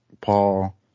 Paul